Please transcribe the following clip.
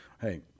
hey